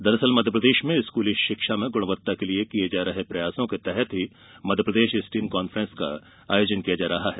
दरअसल मध्यप्रदेश में स्कूली शिक्षा में गुणवत्ता के लिये किये जा रहे प्रयासों के तहत मध्यप्रदेश स्टीम कान्फ्रेंस का आयोजन किया जा रहा है